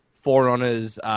Forerunner's